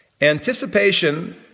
Anticipation